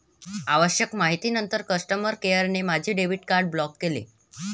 आवश्यक माहितीनंतर कस्टमर केअरने माझे डेबिट कार्ड ब्लॉक केले